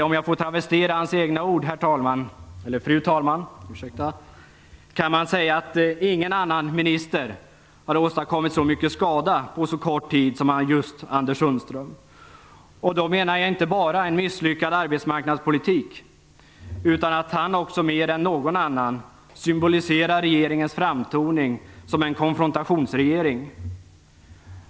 Om jag får travestera hans egna ord, fru talman, skulle jag kunna säga: Ingen annan minister har åstadkommit så mycket skada på så kort tid som just Anders Sundström. Då menar jag inte bara att han står bakom en misslyckad arbetsmarknadspolitik, utan att han också mer än någon annan symboliserar regeringens framtoning som en konfrontationsregering.